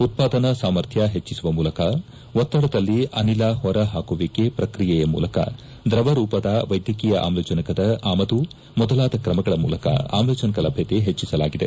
ಉತ್ಪಾದನಾ ಸಾಮರ್ಥ್ಲ ಹೆಚ್ಚಿಸುವ ಮೂಲಕ ಒತ್ತಡದಲ್ಲಿ ಅನಿಲ ಹೊರ ಹಾಕುವಿಕೆ ಪ್ರಕ್ರಿಯೆಯ ಮೂಲಕ ದ್ರವ ರೂಪದ ವೈದ್ಯಕೀಯ ಆಮ್ಲಜನಕದ ಆಮದು ಮೊದಲಾದ ಕ್ರಮಗಳ ಮೂಲಕ ಆಮ್ಲಜನಕ ಲಭ್ಞತೆ ಹೆಚ್ಚಿಸಲಾಗಿದೆ